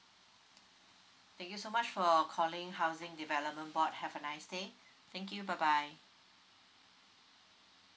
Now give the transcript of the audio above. thank you so much for calling housing development board have a nice day thank you bye bye